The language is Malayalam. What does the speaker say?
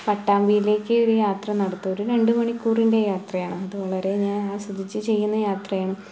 പട്ടാമ്പിയിലേക്ക് ഒരു യാത്ര നടത്തും ഒരു രണ്ട് മണിക്കൂറിൻ്റെ യാത്രയാണ് അത് വളരെ ഞാൻ ആസ്വദിച്ച് ചെയ്യുന്ന യാത്രയാണ്